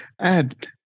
add